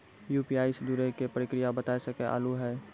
UPI से जुड़े के प्रक्रिया बता सके आलू है?